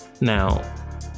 now